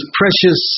precious